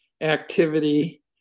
activity